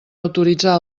autoritzar